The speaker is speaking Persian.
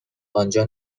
آنجا